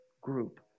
group